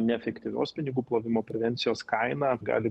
neefektyvios pinigų plovimo prevencijos kaina gali